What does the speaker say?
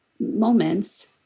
moments